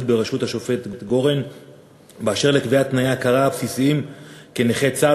בראשות השופט גורן באשר לקביעת תנאי ההכרה הבסיסיים כנכה צה"ל